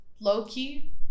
low-key